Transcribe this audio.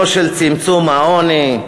לא של צמצום העוני.